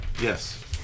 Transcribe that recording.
yes